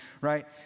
Right